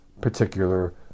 particular